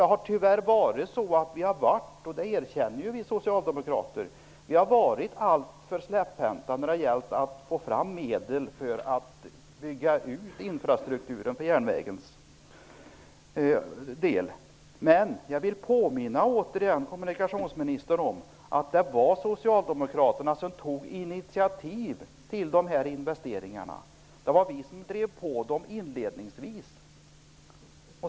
Det har tyvärr varit så, och det erkänner vi socialdemokrater, att man har varit alltför släpphänt när det gällt att få fram medel för att bygga ut infrastrukturen för järnvägens del. Men jag vill återigen påminna kommunikationsministern om att det var Socialdemokraterna som tog initiativ till investeringarna. Det var vi som drev på dem inledningsvis.